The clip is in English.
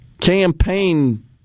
campaign